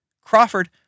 Crawford